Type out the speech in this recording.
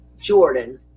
Jordan